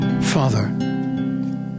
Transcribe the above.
Father